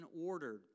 ordered